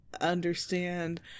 understand